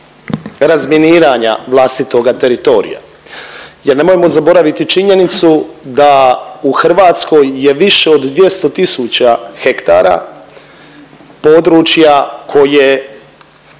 razminiranja vlastitoga teritorija? Jer nemojmo zaboraviti činjenicu da u Hrvatskoj je više od 200 tisuća hektara područja koje